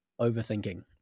overthinking